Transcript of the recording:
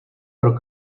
pro